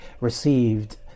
received